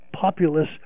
populace